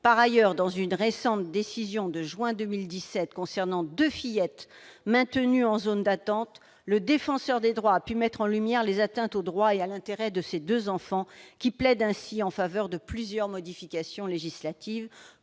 Par ailleurs, dans une récente décision de juin 2017 concernant deux fillettes maintenues en zone d'attente, le Défenseur des droits a pu mettre en lumière les atteintes au droit et à l'intérêt de ces deux enfants, ce qui plaide ainsi en faveur de plusieurs modifications législatives.